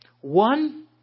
One